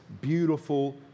beautiful